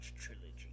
Trilogy